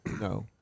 No